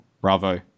bravo